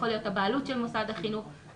הבעלות של מוסד החינוך וכולי.